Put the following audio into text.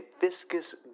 viscous